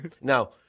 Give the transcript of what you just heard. Now